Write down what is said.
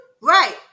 Right